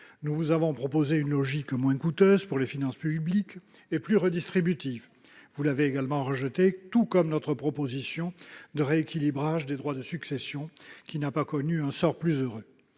Nous vous avons proposé une logique moins coûteuse pour les finances publiques et plus redistributive : vous l'avez rejetée, et notre proposition de rééquilibrage des droits de succession n'a pas connu un sort plus heureux.